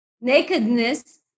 nakedness